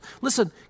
Listen